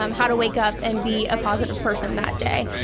um how to wake up and be a positive person that day.